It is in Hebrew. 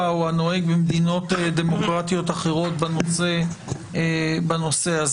או הנוהג במדינות דמוקרטיות אחרות בנושא הזה.